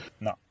No